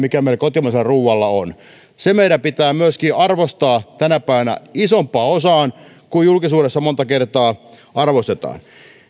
mikä meillä kotimaisella ruualla on myöskin se meidän pitää arvostaa tänä päivänä isompaan osaan kuin julkisuudessa monta kertaa arvostetaan